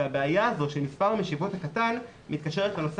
והבעיה הזאת של מספר המשיבות הקטן מתקשרת לנושא